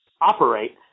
operate